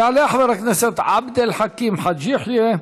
יעלה חבר הכנסת עבד אל חכים חאג' יחיא,